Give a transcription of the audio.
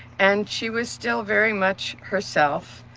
and she was still very much herself.